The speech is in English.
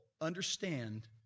understand